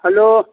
hello